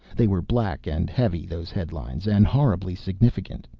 they were black and heavy those headlines, and horribly significant.